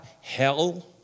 hell